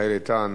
מיכאל איתן